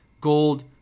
gold